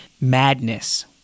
Madness